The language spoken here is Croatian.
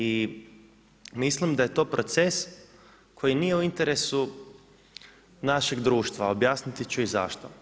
I mislim da je to proces koji nije u interesu našeg društva, objasniti ću i zašto.